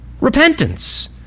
Repentance